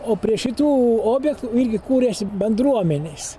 o prie šitų objektų irgi kūrėsi bendruomenės